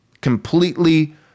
completely